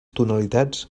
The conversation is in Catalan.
tonalitats